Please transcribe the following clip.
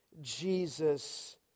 Jesus